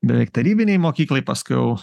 beveik tarybinėj mokykloj paskiau